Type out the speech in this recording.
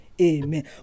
amen